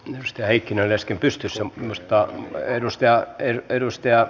mustia ikinä lesken pystyssä muistaa edustaja eyn edustaja